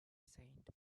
saint